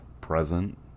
present